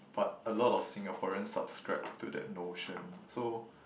but a lot of Singaporeans subscribe to that notion so